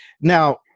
now